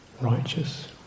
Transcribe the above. Righteous